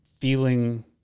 feeling